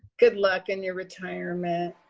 good luck in your retirement.